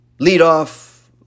leadoff